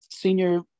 Senior